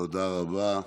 תודה רבה.